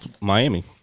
Miami